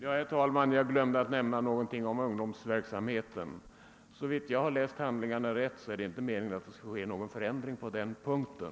Herr talman! Jag glömde att säga någonting om ungdomsverksamheten. Såvida jag har läst handlingarna rätt är det inte meningen att det skall ske någon förändring på den punkten.